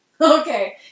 Okay